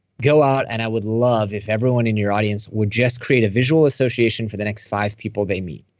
go out, and i would love if everyone in your audience would just create a visual association for the next five people they meet.